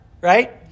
right